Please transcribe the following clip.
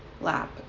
lap